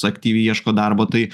aktyviai ieško darbo tai